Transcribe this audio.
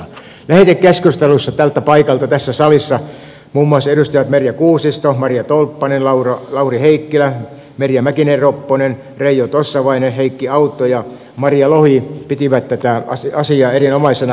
lähetekeskustelussa tältä paikalta tässä salissa muun maussa edustajat merja kuusisto marja tolppanen lauri heikkilä merja mäkisalo ropponen reijo tossavainen heikki autto ja marja lohi pitivät tätä asiaa erinomaisena